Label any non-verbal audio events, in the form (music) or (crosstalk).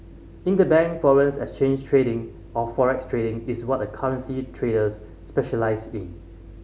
interbank foreign (unintelligible) exchange trading or forex trading is what a currency traders specialise in